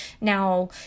Now